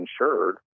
insured